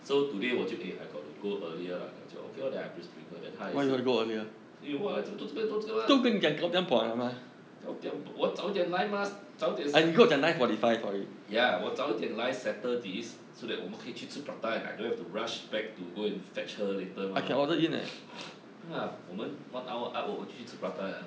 so today 我就 eh I got to go earlier lah then 就 okay lor I just bring her then 她也是 eh !wah! 做这边做这个吗 gou tia 我要早点来吗早点 ya 我早一点来 settle this so that 我们可以去吃 prata and I don't have to rush back to go and fetch her later mah ya 我们 one hour up 我们去吃 prata liao